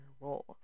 roles